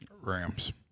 Rams